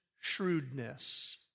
shrewdness